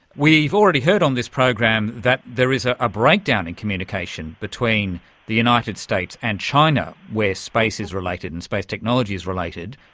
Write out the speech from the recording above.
we've already heard on this program that there is ah a breakdown in communication between the united states and china where space is related and space technology is related.